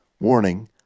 Warning